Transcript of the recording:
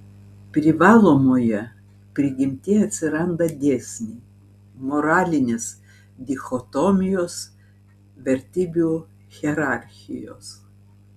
privalomoje prigimtyje atsiranda dėsniai moralinės dichotomijos vertybių hierarchijos